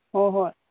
ꯑꯣ ꯍꯣꯏ